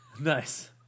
Nice